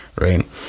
right